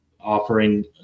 offering